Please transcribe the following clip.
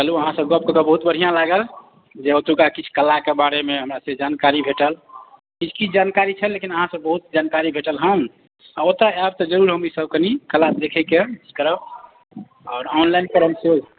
चलू अहाँ से गप्प कऽ कऽ बहुत बढ़िआँ लागल जे ओतुका किछु कलाके बारेमे हमरा से जानकारी भेटल किछु किछु जानकारी छल लेकिन अहाँसँ बहुत जानकारी भेटल हन आ ओतय आयब तऽ हम जरूर ईसभ कनि कला देखैके अथि करब आओर ऑनलाइन करब